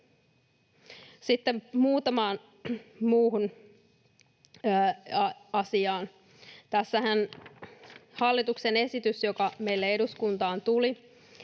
Sitten muutamaan muuhun asiaan: Tässähän hallituksen esitys, joka meille eduskuntaan tuli,